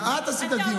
את עשית את הדיון.